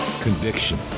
Conviction